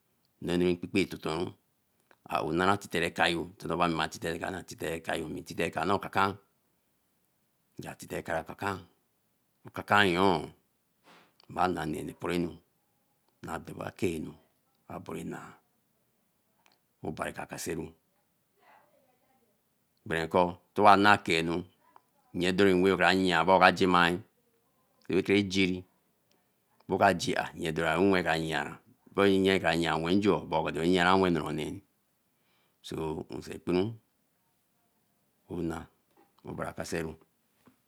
Neau mpipme totenru aowe nara titen na kayo, ra titen a kayo, nga titen a kayo kakan, ekakanyen mai nenu operanu adoba kenu abon naa we obari kakaseru bereker towana kenu nyen deriwen kra yia ka aba kra jima ekene jerie oka jier okun nwen kra yenra nyen kra yea wenju so nyeara wen odara onea nsunkpiro ona obari kaseru